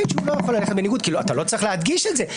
שהוא לא יכול ללכת בניגוד כי אתה לא צריך להדגיש את זה.